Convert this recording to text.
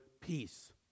peace